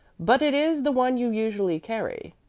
but it is the one you usually carry.